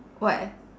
what